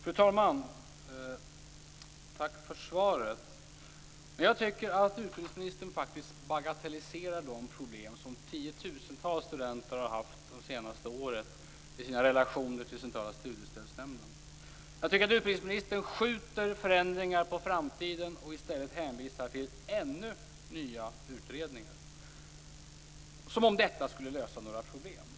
Fru talman! Tack för svaret! Jag tycker faktiskt att utbildningsministern bagatelliserar de problem som tiotusentals studenter har haft det senaste året i sina relationer till Centrala studiestödsnämnden. Jag tycker att utbildningsministern skjuter förändringar på framtiden och i stället hänvisar till ytterligare nya utredningar som om detta skulle lösa några problem.